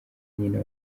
nyina